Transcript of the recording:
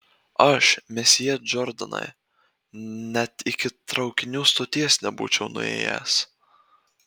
aš mesjė džordanai net iki traukinių stoties nebūčiau nuėjęs